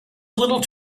little